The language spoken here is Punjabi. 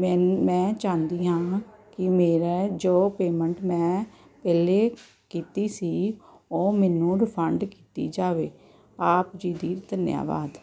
ਮੈਨ ਮੈਂ ਚਾਹੁੰਦੀ ਹਾਂ ਕਿ ਮੇਰਾ ਜੋ ਪੇਮੈਂਟ ਮੈਂ ਪਹਿਲਾਂ ਕੀਤੀ ਸੀ ਉਹ ਮੈਨੂੰ ਰਿਫੰਡ ਕੀਤੀ ਜਾਵੇ ਆਪ ਜੀ ਦੀ ਧੰਨਵਾਦ